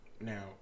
now